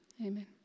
amen